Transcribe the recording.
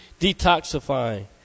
detoxifying